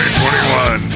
2021